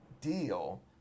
Deal